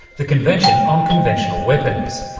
the convention on conventional weapons.